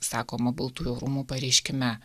sakoma baltųjų rūmų pareiškime